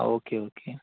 okay okay